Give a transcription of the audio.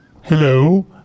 Hello